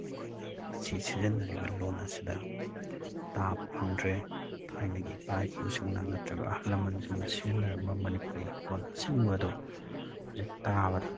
ꯑꯩꯈꯣꯏꯅ ꯉꯁꯤ ꯁꯤꯖꯤꯟꯅꯔꯤꯕ ꯂꯣꯟ ꯑꯁꯤꯗ ꯇꯥꯕ ꯐꯪꯗ꯭ꯔꯦ ꯊꯥꯏꯅꯒꯤ ꯏꯄꯥ ꯏꯄꯨꯁꯤꯡꯅ ꯅꯠꯇ꯭ꯔꯒ ꯑꯍꯜ ꯂꯃꯟꯁꯤꯡꯅ ꯁꯤꯖꯤꯟꯅꯔꯝꯕ ꯃꯅꯤꯄꯨꯔꯤ ꯂꯣꯟ ꯑꯁꯦꯡꯕ ꯑꯗꯣ ꯍꯧꯖꯤꯛ ꯇꯥꯕꯗ